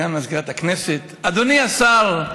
סגן מזכירת הכנסת, אדוני השר,